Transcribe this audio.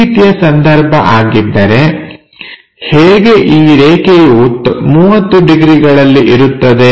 ಈ ರೀತಿಯ ಸಂದರ್ಭ ಆಗಿದ್ದರೆ ಹೇಗೆ ಈ ರೇಖೆಯು 30 ಡಿಗ್ರಿಗಳಲ್ಲಿ ಇರುತ್ತದೆ